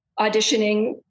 auditioning